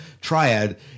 Triad